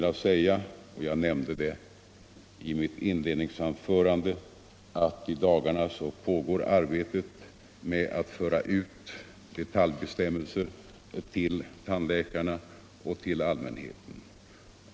Jag nämnde redan i mitt inledningsanförande att i dagarna pågår arbetet med att föra ut detaljbestämmelser till tandläkarna och till allmänheten.